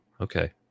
Okay